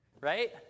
right